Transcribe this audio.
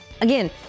Again